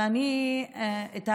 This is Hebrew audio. את האמת,